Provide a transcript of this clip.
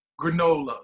granola